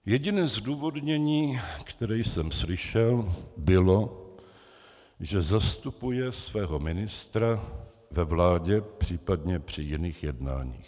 Jediné zdůvodnění, které jsem slyšel, bylo, že zastupuje svého ministra ve vládě, případně při jiných jednáních.